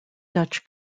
dutch